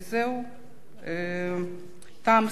8, אין נמנעים, אין מתנגדים.